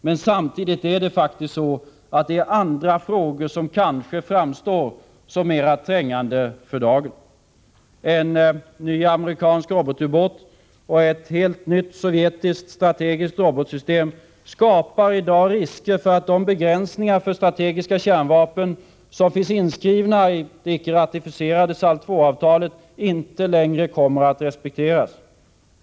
Men samtidigt är det faktiskt andra frågor som kanske framstår som mer trängande för dagen. En ny amerikansk robotubåt och ett helt nytt sovjetiskt strategiskt robotsystem skapar i dag risker för att de begränsningar för strategiska kärnvapen som finns inskrivna i det icke ratificerade SALT 2-avtalet inte längre kommer att respekteras.